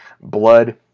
blood